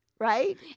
Right